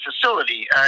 facility